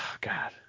God